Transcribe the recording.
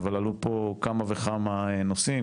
אבל עלו פה כמה וכמה נושאים,